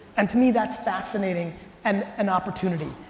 and to me that's fascinating and an opportunity.